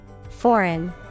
Foreign